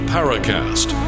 Paracast